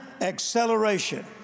acceleration